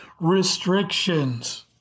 restrictions